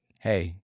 hey